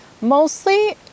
Mostly